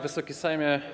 Wysoki Sejmie!